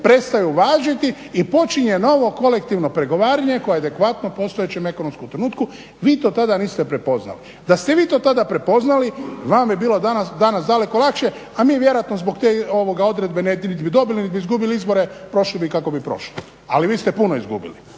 prestaju važiti i počinje novo kolektivno pregovaranje koje je adekvatno postojećem ekonomskom trenutku. Vi to tada niste prepoznali. Da ste vi to tada prepoznali vama bi bilo danas daleko lakše, a mi vjerojatno zbog te odredbe niti bi dobili niti izgubili izbore, prošli bi kako bi prošli. Ali vi ste puno izgubili